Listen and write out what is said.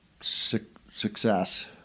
success